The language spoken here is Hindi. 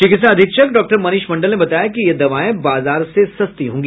चिकित्सा अधीक्षक डॉक्टर मनीष मंडल ने बताया कि यह दवाएं बाजार से सस्ती होंगी